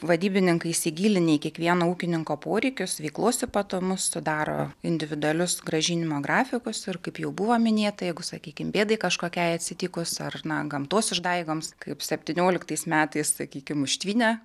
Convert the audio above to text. vadybininkai įsigilinę į kiekvieno ūkininko poreikius veiklos ypatumus sudaro individualius grąžinimo grafikus ir kaip jau buvo minėta jeigu sakykim bėdai kažkokiai atsitikus ar na gamtos išdaigoms kaip septynioliktais metais sakykim užtvinęs